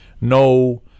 No